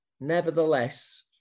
Nevertheless